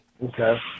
Okay